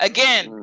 Again